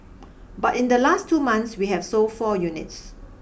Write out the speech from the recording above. but in the last two months we have sold four units